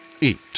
eat